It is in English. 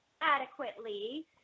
adequately